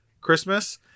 Christmas